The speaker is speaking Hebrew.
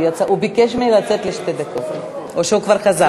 הוא ביקש ממני לצאת לשתי דקות, או שהוא כבר חזר?